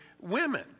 women